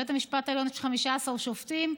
בבית המשפט העליון יש 15 שופטים.